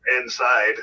inside